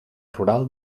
rural